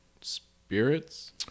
spirits